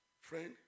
friend